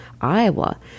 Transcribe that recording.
Iowa